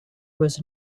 was